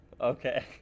Okay